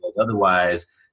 otherwise